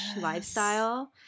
lifestyle